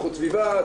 איכות סביבה,